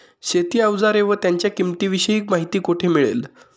शेती औजारे व त्यांच्या किंमतीविषयी माहिती कोठे मिळेल?